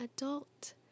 adult